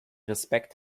respekt